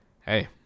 Hey